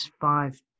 five